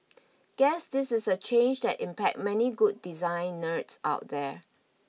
guess this is a change that impacts many good design nerds out there